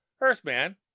Earthman